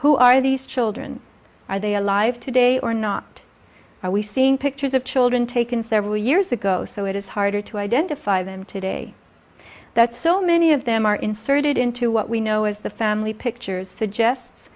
who are these children are they alive today or not are we seeing pictures of children taken several years ago so it is harder to identify them today that so many of them are inserted into what we know as the family pictures suggests